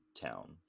town